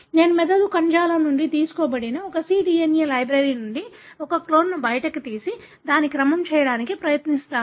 నేను మెదడు కణజాలం నుండి తీసుకోబడిన ఒక cDNA లైబ్రరీ నుండి ఒక క్లోన్ను బయటకు తీసి దాన్ని క్రమం చేయడానికి ప్రయత్నిస్తాను